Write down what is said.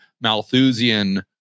Malthusian